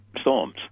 storms